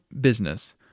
business